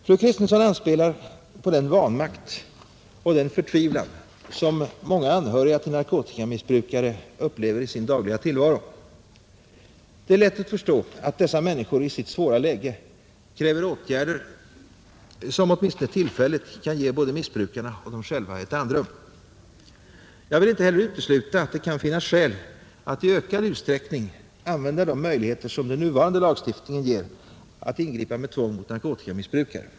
Fru Kristensson anspelar på den vanmakt och den förtvivlan som många anhöriga till narkotikamissbrukare upplever i sin dagliga tillvaro. Det är lätt att förstå att dessa människor i sitt svåra läge kräver åtgärder som åtminstone tillfälligt kan ge både missbrukarna och dem själva ett andrum. Jag vill inte heller utesluta att det kan finnas skäl att i ökad utsträckning använda de möjligheter som den nuvarande lagstiftningen ger att ingripa med tvång mot narkotikamissbrukare.